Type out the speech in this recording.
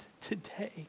today